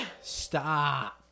Stop